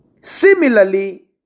Similarly